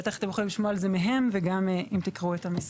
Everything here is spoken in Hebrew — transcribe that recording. בטח אתם יכולים לשמוע על זה מהם וגם אם תקראו את המסמך.